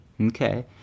Okay